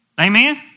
Amen